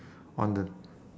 on the